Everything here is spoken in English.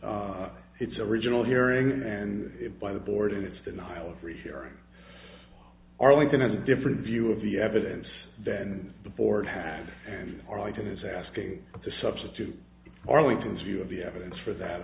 on its original hearing and by the board in its denial of rehearing arlington has a different view of the evidence than the board had and arlington is asking to substitute arlington's view of the evidence for that